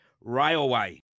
railway